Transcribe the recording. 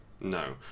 No